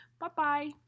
Bye-bye